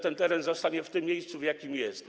Ten teren zostanie w tym miejscu, w którym jest.